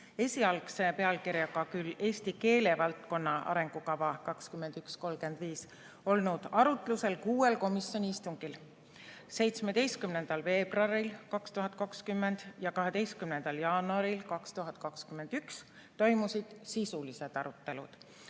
esialgse pealkirjaga küll "Eesti keelevaldkonna arengukava 2021–2035", olnud arutlusel kuuel istungil. 17. veebruaril 2020 ja 12. jaanuaril 2021 toimusid sisulised arutelud.